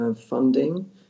funding